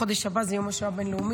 חודש הבא זה יום השואה הבין-לאומי,